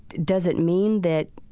does it mean that,